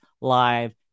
live